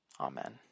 Amen